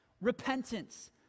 repentance